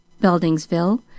Beldingsville